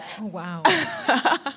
Wow